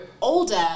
older